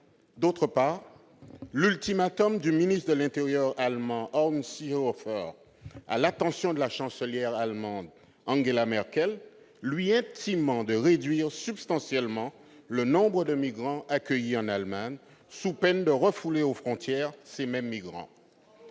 D'autre part, l'ultimatum posé par le ministre de l'intérieur allemand, Horst Seehofer, à la chancelière Angela Merkel, lui intimant de réduire substantiellement le nombre de migrants accueillis en Allemagne, sous peine de refouler aux frontières ces mêmes migrants.